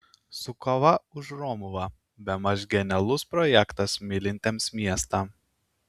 su kava už romuvą bemaž genialus projektas mylintiems miestą